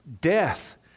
death